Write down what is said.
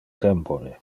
tempore